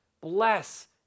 bless